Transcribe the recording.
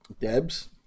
Debs